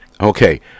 Okay